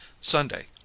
Sunday